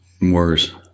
Worse